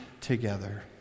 together